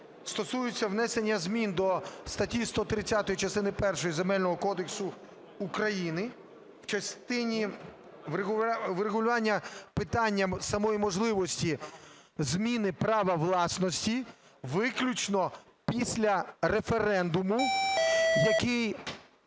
стосуються внесення змін до статті 130 частини першої Земельного кодексу України в частині врегулювання питання самої можливості зміни права власності виключно після референдуму, який